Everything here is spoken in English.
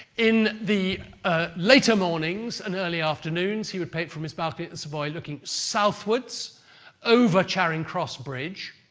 in the later mornings and early afternoons, he would paint from his balcony at the savoy looking southwards over charing cross bridge.